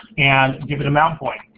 and give it a mount point.